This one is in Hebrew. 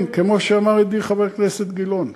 כן, כמו שאמר ידידי, חבר הכנסת גילאון,